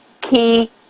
key